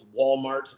Walmart